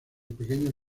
pequeños